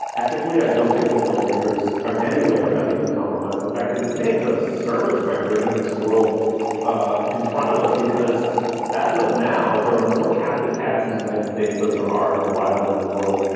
ethically, i don't think the filmmakers are in any way or ethically compromised. in fact, they and may have done a service by bringing this world ah in front of us, because as of now, there are more captive cats in the united states than there are in the wild in the world.